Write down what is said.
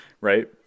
right